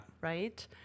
Right